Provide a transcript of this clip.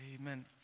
Amen